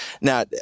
Now